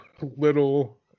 little